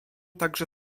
także